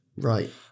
Right